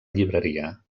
llibreria